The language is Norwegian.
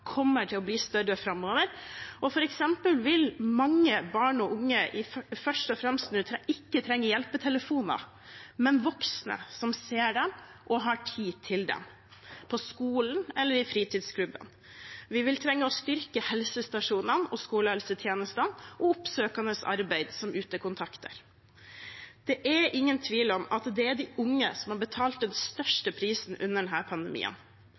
kommer til å bli større framover. For eksempel vil mange barn og unge nå ikke først og fremst trenge hjelpetelefoner, men voksne som ser dem og har tid til dem, på skolen eller i fritidsklubben. Vi vil trenge å styrke helsestasjonene og skolehelsetjenestene og oppsøkende arbeid, som utekontakter. Det er ingen tvil om at det er de unge som har betalt den høyeste prisen under denne pandemien.